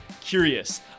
curious